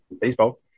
Baseball